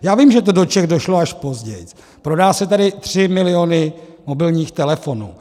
Já vím, že to do Čech došlo až později, prodají se tady 3 miliony mobilních telefonů.